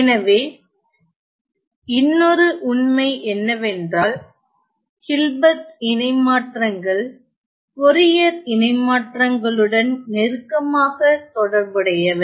எனவே இன்னொரு உண்மை என்னவென்றால் ஹில்பர்ட் இணைமாற்றங்கள் போரியர் இணைமாற்றங்களுடன் நெருக்கமாக தொடர்புடையவை